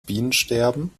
bienensterben